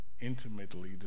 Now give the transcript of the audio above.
intimately